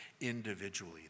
individually